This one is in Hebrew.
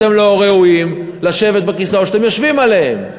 אתם לא ראויים לשבת בכיסאות שאתם יושבים עליהם.